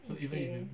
okay